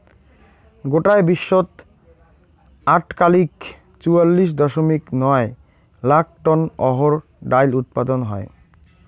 গোটায় বিশ্বত আটকালিক চুয়াল্লিশ দশমিক নয় লাখ টন অহর ডাইল উৎপাদন হয়